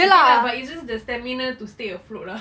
okay lah but it's just the stamina to stay afloat ah